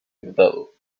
dotado